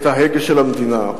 את ההגה של המדינה.